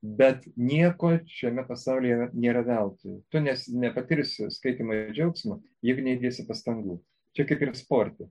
bet nieko šiame pasaulyje nėra veltui tu nes nepatirsi skaitymo džiaugsmą jeigu neįdėsi pastangų čia kaip ir sporte